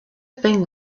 thing